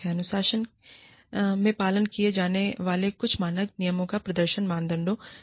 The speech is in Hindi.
अनुशासन में पालन किए जाने वाले कुछ मानक नियमों और प्रदर्शन मानदंडों का संचार है